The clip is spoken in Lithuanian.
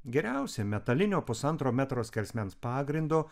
geriausia metalinio pusantro metro skersmens pagrindo